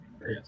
Yes